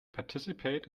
participate